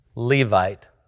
Levite